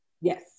Yes